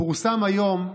פורסם היום שבנט,